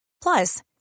Plus